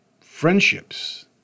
friendships